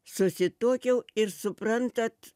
susituokiau ir suprantat